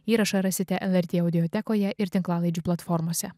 įrašą rasite lrt audiotekoje ir tinklalaidžių platformose